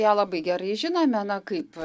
ją labai gerai žinome na kaip